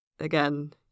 Again